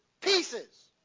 pieces